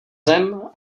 zem